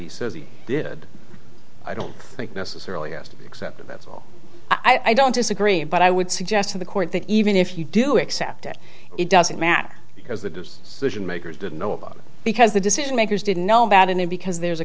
he says he did i don't think necessarily has to be accepted that's all i don't disagree but i would suggest to the court that even if you do except that it doesn't matter because the decision makers didn't know about it because the decision makers didn't know about it because there